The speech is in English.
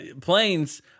planes